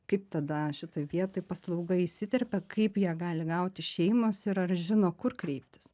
kaip tada šitoj vietoj paslauga įsiterpia kaip ją gali gauti šeimos ir ar žino kur kreiptis